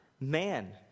man